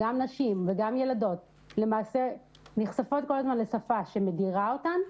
נשים וילדות נחשפות למעשה כל הזמן לשפה שמדירה אותן,